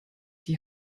die